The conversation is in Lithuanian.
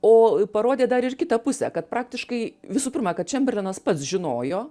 o parodė dar ir kitą pusę kad praktiškai visų pirma kad čemberlenas pats žinojo